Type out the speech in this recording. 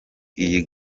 iyi